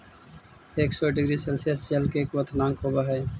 एक सौ degree Celsius जल के क्वथनांक होवऽ हई